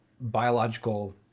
biological